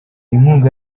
inkunga